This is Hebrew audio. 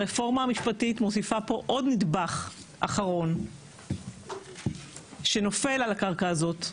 הרפורמה המשפטית מוסיפה פה עוד נדבך אחרון שנופל על הקרקע הזאת,